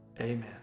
amen